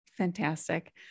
Fantastic